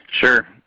Sure